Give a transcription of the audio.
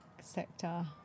sector